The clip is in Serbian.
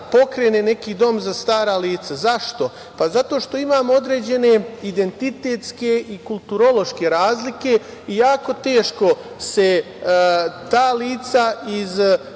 neki dom za stara lica? Zašto? Zato što imamo određene identitetske i kultorološke razlike i jako teško se ta lica iz